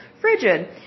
frigid